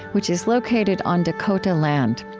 which is located on dakota land.